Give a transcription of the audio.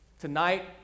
tonight